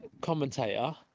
commentator